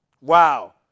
Wow